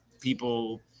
people